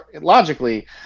logically